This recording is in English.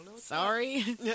sorry